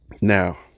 Now